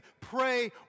pray